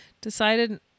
decided